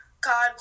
God